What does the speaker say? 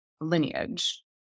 lineage